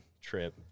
trip